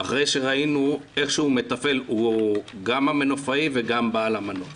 הוא גם המנופאי וגם בעל המנוף